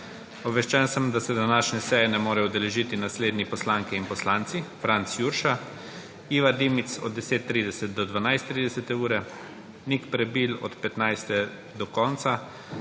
Obveščen sem, da se današnje seje ne morejo udeležiti naslednje poslanke in poslanci: